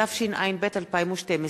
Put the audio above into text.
התשע"ב 2012,